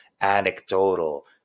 anecdotal